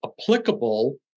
applicable